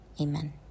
Amen